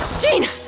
Gene